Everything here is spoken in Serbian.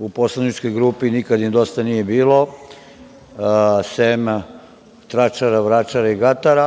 u poslaničkoj grupi nikada im dosta nije bilo, sem tračara, vračara i gatara